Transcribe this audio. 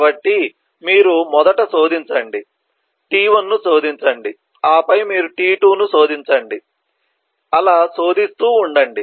కాబట్టి మీరు మొదట శోధించండి t1 ను శోధించండి ఆపై మీరు t2 ను శోధించండి అలా శోధిస్తూ వుండండి